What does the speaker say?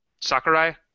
Sakurai